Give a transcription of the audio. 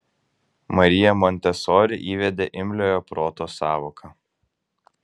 marija montesori įvedė imliojo proto sąvoką